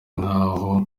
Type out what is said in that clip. naho